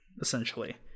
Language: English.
essentially